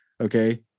Okay